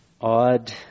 odd